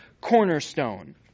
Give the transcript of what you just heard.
cornerstone